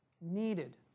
needed